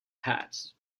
hat